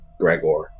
Gregor